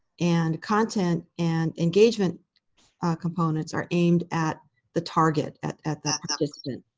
and content and engagement components are aimed at the target at at that instant.